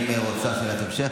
את רוצה שאלת המשך,